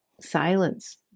silence